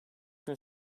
gün